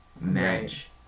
match